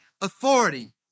authority